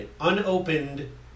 unopened